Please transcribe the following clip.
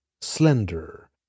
slender